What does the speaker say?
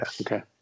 Okay